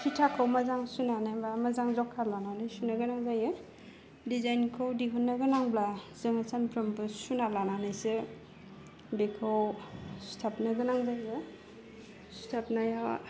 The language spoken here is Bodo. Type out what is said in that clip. फिथाखौ मोजां सुनानै बा मोजां जखा लानानै सुनो गोनां जायो डिजाइनखौ दिहुननो गोनांब्ला जों सानफ्रामबो सुना लानानैसो बेखौ सुथाबनो गोनां जायो सुथाबनाया